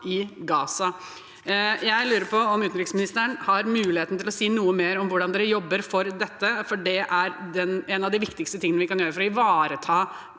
i Gaza. Jeg lurer på om utenriksministeren har muligheten til å si noe mer om hvordan dere jobber for dette, for det er en av de viktigste tingene vi kan gjøre for å ivareta